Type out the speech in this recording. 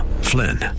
Flynn